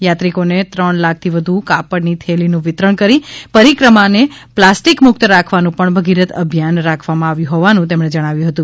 યાત્રિકોને ત્રણ લાખથી વધુ કાપડની થેળીનું વિતરણ કરી પરિક્રમાને પ્લાસ્ટિક મુક્ત રાખવાનું પણ ભગીરથ અભિયાન રાખવામાં આવ્યું હોવાનું તેમને જણાવ્યું હતું